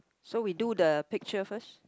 so we do the picture first